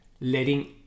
letting